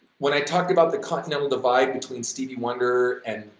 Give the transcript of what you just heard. when i talked about the continental divide between stevie wonder and,